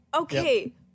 okay